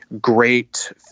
great